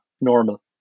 normal